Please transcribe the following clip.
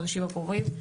בחודשים הקרובים,